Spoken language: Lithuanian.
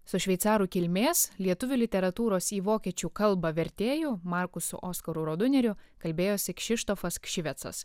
su šveicarų kilmės lietuvių literatūros į vokiečių kalbą vertėju markusu oskaru roduneriu kalbėjosi kšištofas kšivecas